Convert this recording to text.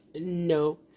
no